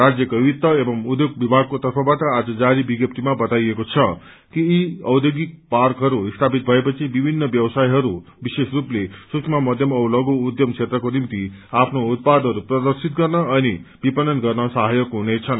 राज्यको वित्त एवं अध्योग विभागको तर्फबाट आज जारी विज्ञप्तिमा बताइएको छ कि यी औध्योगिक पार्कहरू स्थापित भएपछि विभिन्न व्यवसायहरू विशेष रूपले सूक्ष्म मध्यम औ लघू उध्यम क्षेत्रको निम्ति आफ्नो उत्पादहरू प्रदर्शित गर्न अनि विपणन गर्न सहायक हनेछन्